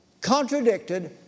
contradicted